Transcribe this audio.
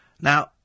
Now